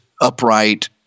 upright